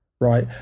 Right